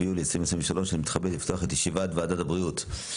23.07.2023. אני מתכבד לפתוח את ישיבת ועדת הבריאות.